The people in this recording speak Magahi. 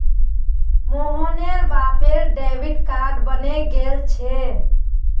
मोहनेर बापेर डेबिट कार्ड बने गेल छे